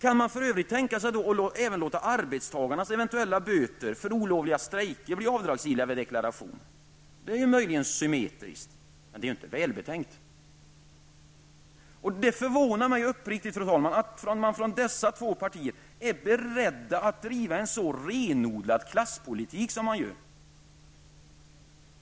Kan man för övrigt tänka sig att även låta arbetstagarnas eventuella böter för olovliga strejker bli avdragsgilla vid deklaration? Detta är möjligen symmetriskt, men inte särskilt välbetänkt. Det förvånar mig uppriktigt sagt, fru talman, att man från dessa två partier är beredd att driva en sån renodlad klasspolitik som man gör.